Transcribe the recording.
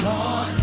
Lord